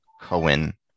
Cohen